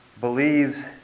believes